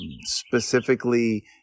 specifically